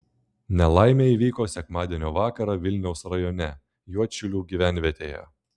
nelaimė įvyko sekmadienio vakarą vilniaus rajone juodšilių gyvenvietėje